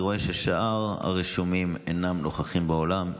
אני רואה ששאר הרשומים אינם נוכחים באולם,